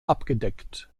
abgedeckt